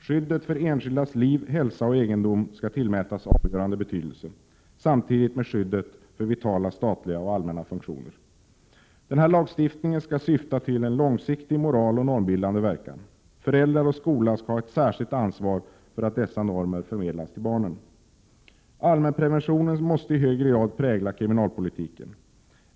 Skyddet för enskildas liv, hälsa och egendom skall tillmätas avgörande betydelse, tillika med skyddet för vitala statliga och allmänna funktioner. Denna lagstiftning skall syfta till en långsiktig moraloch normbildande verkan. Föräldrar och skola skall ha ett särskilt ansvar för att dessa normer förmedlas till barnen. Allmänprevention måste i högre grad prägla kriminalpolitiken.